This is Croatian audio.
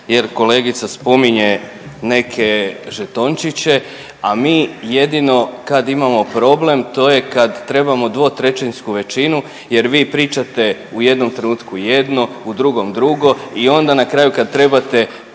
jer kolegica spominje neke žetončiće, a mi jedino kad imamo problem to je kad trebamo 2/3 većinu jer vi pričate u jednom trenutku jedno, u drugom drugo i onda na kraju kad trebate